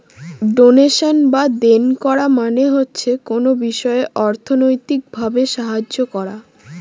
donation বা দেন করা মানে হচ্ছে কোনো বিষয়ে অর্থনৈতিক ভাবে সাহায্য করা